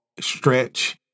stretch